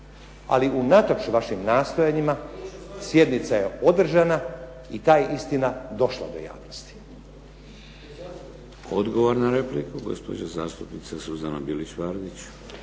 Ali unatoč vašim nastojanjima sjednica je održana i ta je istina došla do javnosti. **Šeks, Vladimir (HDZ)** Odgovor na repliku, gospođa zastupnica Suzana Bilić Vardić.